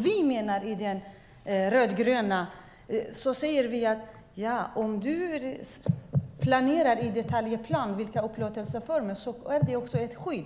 Vi rödgröna säger att om man planerar upplåtelseformer i detaljplan är det ett skydd.